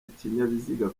ikinyabiziga